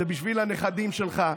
זה בשביל הנכדים שלך.